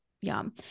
Yum